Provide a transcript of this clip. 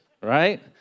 right